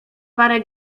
parę